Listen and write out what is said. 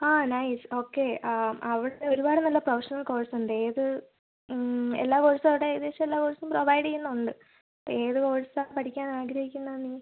ആ nice okay അവിടെ ഒരുപാട് നല്ല പ്രൊഫഷണൽ കോഴ്സ് ഉണ്ട് ഏത് എല്ലാ കോഴ്സും അവിടെ ഏകദേശം എല്ലാ കോഴ്സും പ്രൊവൈഡ് ചെയ്യുന്നുണ്ട് ഏത് കോഴ്സാണ് പഠിക്കാൻ ആഗ്രഹിക്കുന്നത് നീ